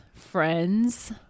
Friends